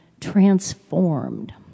transformed